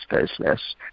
business